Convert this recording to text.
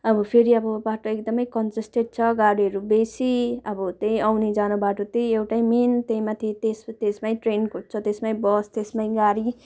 अब फेरि अब बाटो एकदमै कन्जेस्टेड छ गाडीहरू बेसी अब त्यही अब आउने जाने बाटो त्यही एउटै मेन त्यही माथि ए त्यसमै ट्रेन कुद्छ त्यसमै बस त्यसमै गाडी